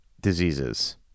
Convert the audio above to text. diseases